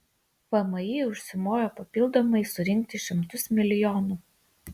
vmi užsimojo papildomai surinkti šimtus milijonų